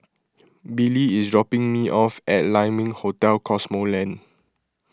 Billie is dropping me off at Lai Ming Hotel Cosmoland